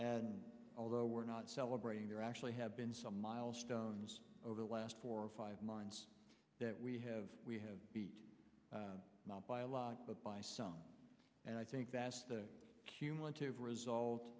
and although we're not celebrating there actually have been some milestones over the last four or five months that we have we have not by a lot but by some and i think that's the cumulative result